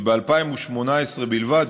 בשנת 2018 בלבד,